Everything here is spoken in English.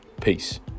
Peace